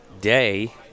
day